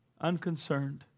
Unconcerned